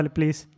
Please